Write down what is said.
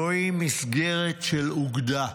זוהי מסגרת של אוגדה.